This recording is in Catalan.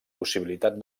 possibilitat